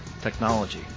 Technology